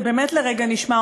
זה באמת לרגע נשמע,